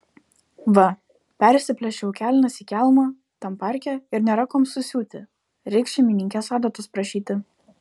va persiplėšiau kelnes į kelmą tam parke ir nėra kuom susiūti reiks šeimininkės adatos prašyti